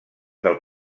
del